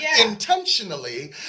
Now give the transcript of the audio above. intentionally